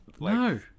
no